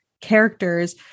characters